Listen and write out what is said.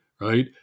right